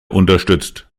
unterstützt